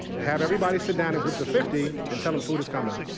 have everybody sit down in groups of fifty and tell them food is coming.